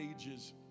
ages